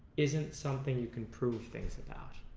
isn't something you can prove things about